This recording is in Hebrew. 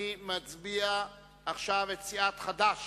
אני מצביע עכשיו את הצעת סיעת חד"ש.